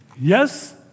yes